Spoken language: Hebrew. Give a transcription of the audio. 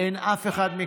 אין אף אחד.